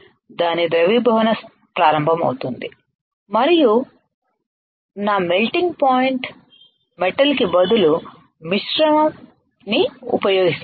దాని ద్రవీభవన ప్రారంభమవుతుంది మరియు నా పదార్థం మెటల్ కి బదులు మిశ్రమం ని ఉపయోగిస్తాను